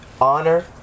honor